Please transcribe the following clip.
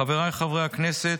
חבריי חברי הכנסת,